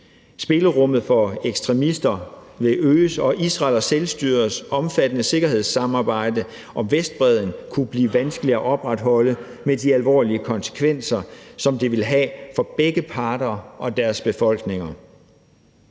Spillerummet for ekstremister vil øges, og Israel og selvstyrets omfattende sikkerhedssamarbejde om Vestbredden kunne blive vanskelige at opretholde med de alvorlige konsekvenser, som det vil have for begge parter og deres befolkninger.